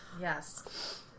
Yes